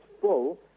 full